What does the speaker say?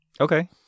Okay